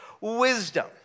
wisdom